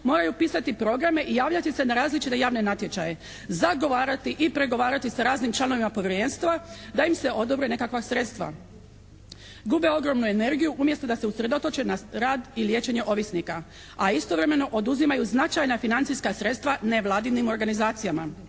moraju pisati programe i javljati se na različite javne natječaje, zagovarati i pregovarati sa raznim članovima povjerenstva da im se odobre nekakva sredstva. Gube ogromnu energiju umjesto da se usredotoče na rad i liječenje ovisnika. A istovremeno oduzimaju značajna financijska sredstva nevladinim organizacijama.